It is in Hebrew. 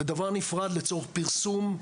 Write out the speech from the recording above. ודבר נפרד לצורך פרסום,